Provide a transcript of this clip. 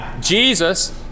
Jesus